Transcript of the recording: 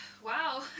Wow